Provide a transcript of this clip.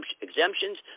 exemptions